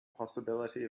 possibility